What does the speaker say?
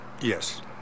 Yes